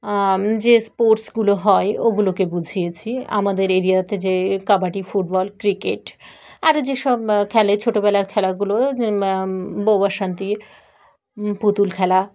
যে স্পোর্টসগুলো হয় ওগুলোকে বুঝিয়েছি আমাদের এরিয়াতে যে কাবাডি ফুটবল ক্রিকেট আরও যেসব খেলে ছোটোবেলার খেলাগুলো পুতুল খেলা